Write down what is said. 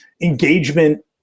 engagement